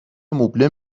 مبله